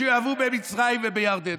שיאהבו במצרים ובירדן.